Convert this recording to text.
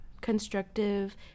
constructive